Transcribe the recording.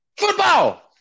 Football